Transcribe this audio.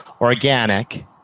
organic